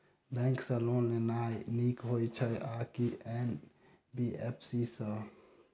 Bank सँ loan लेनाय नीक होइ छै आ की एन.बी.एफ.सी सँ?